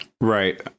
Right